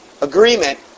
agreement